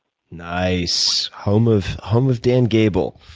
nice. home of home of dan gable.